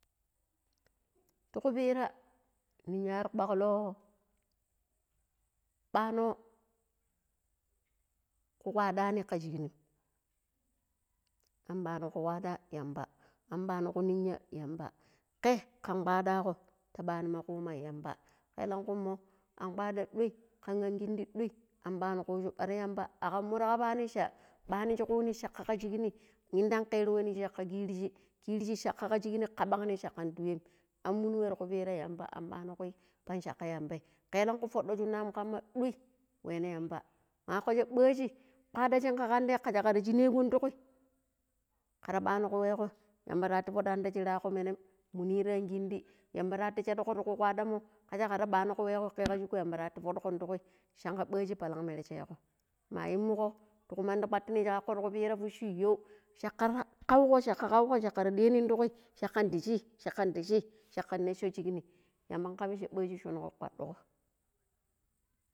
﻿Ti ku pira ninyar kwaklo ɓano ku kwaɗani ka shig ni am ɓano ku kwaɗa yamba am ɓano ku ninya yamba ke kan kwaɗa ko ta ɓanima kuma yamba elakui mo an kwaɗa ɗoi kan an kindi ɗoi an ɓano kushu ɓar yamba akan mur kapanim sha ɓaniji kuni shaka ka shigni yinda kerowa shaka kiriji, kiriji shaka ka shign ka ɓamg ni shakan di waim an munu we ra kupira yamba am ɓani kwi pan shaka yambai ka elanku fuɗɗo shunna mu kama ɗuai weno yamba ma kako sha ɓaji kwada shin ga kan de kaja kar shinagon ta ƙwi kar ɓano ku wego yamba rahatu fodani ti shira ko menam muni ri an ƙindi yamba rahatu shedigon ra ku kwadan mo kaja kar bano ku wego ke ka shiko yamba rahatu fodig̱on ti kwi shanga ɓagi pallan merrs̱ego ma yumugo. ti ku mandi kwatini shi kako ti ku pira fushi yau shakar kaugo shaka kaugo shakar ɗianin ta kwi shakan di shee shakan di shee shakan necho shigini yamban kebi sha ɓaji shongo quatigo